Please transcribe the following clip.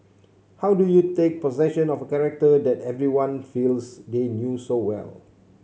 how do you take possession of a character that everyone feels they knew so well